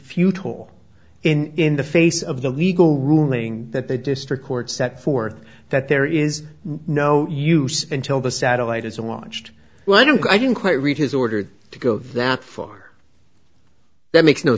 futile in the face of the legal ruling that the district court set forth that there is no use until the satellite is watched well i don't i didn't quite read his order to go that far that makes no